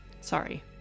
Sorry